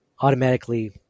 automatically